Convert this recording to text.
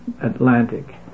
Atlantic